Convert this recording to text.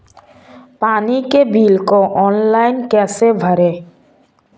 पानी के बिल को ऑनलाइन कैसे भरें?